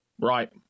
Right